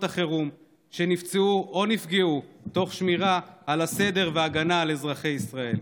החירום שנפצעו או נפגעו תוך שמירה על הסדר והגנה על אזרחי ישראל.